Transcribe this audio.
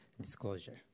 disclosure